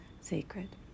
sacred